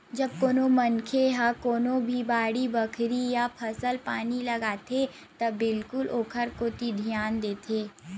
जब कोनो मनखे ह कोनो भी बाड़ी बखरी या फसल पानी लगाथे त बिल्कुल ओखर कोती धियान देथे